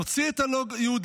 נוציא את הלא-יהודים,